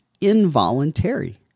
involuntary